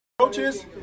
Coaches